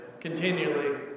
continually